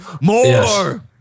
More